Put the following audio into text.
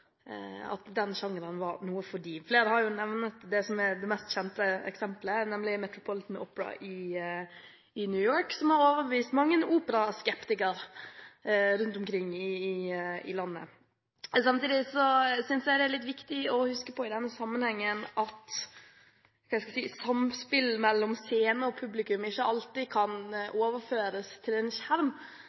at den sjangeren var noe for dem. Flere har nevnt det som er det mest kjente eksemplet, nemlig Metropolitan Opera i New York, som har overbevist mang en operaskeptiker rundt omkring i landet. Samtidig synes jeg det er litt viktig å huske på i denne sammenhengen at samspill mellom scene og publikum ikke alltid kan overføres til en